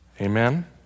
Amen